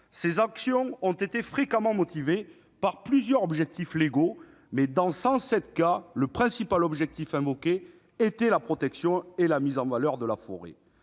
Ces actions ont été fréquemment justifiées par plusieurs objectifs légaux, mais, dans 107 cas, le principal objectif invoqué était la protection et la mise en valeur de la forêt.